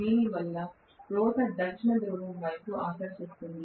దీనివల్ల రోటర్ దక్షిణ ధ్రువం వైపు ఆకర్షిస్తుంది